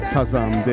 Kazam